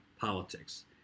politics